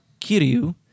Kiryu